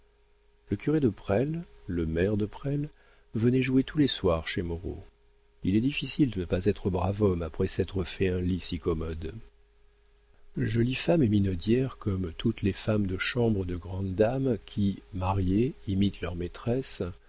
le curé de presles le maire de presles venaient jouer tous les soirs chez moreau il est difficile de ne pas être brave homme après s'être fait un lit si commode jolie femme et minaudière comme toutes les femmes de chambre de grande dame qui mariées imitent leurs maîtresses